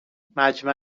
مجمع